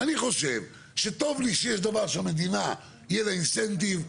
אני חושב שטוב לי שיש דבר שהמדינה יהיה לה אינסנטיב,